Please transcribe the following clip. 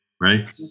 Right